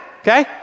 okay